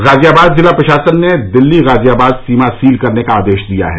गाजियाबाद जिला प्रशासन ने दिल्ली गाजियाबाद सीमा सील करने का आदेश दिया है